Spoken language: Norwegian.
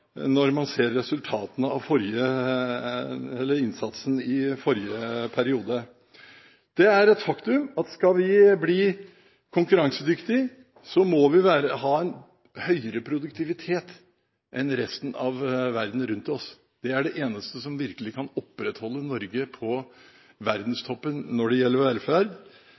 når man ser resultatene av innsatsen i forrige periode. Det er et faktum at skal vi bli konkurransedyktige, må vi ha en høyere produktivitet enn resten av verden rundt oss. Det er det eneste som virkelig kan bidra til at Norge holder seg på verdenstoppen når det gjelder velferd.